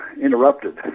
interrupted